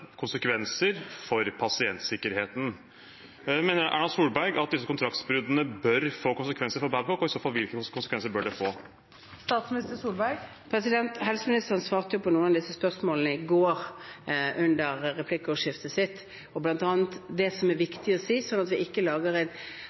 konsekvenser for pasientsikkerheten. Mener Erna Solberg at disse kontraktsbruddene bør få konsekvenser for Babcock, og hvilke konsekvenser bør det i så fall få? Helseministeren svarte jo på noen av disse spørsmålene i går, under replikkordskiftet sitt. Det som bl.a. er viktig å si, sånn at vi ikke lager en